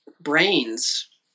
brains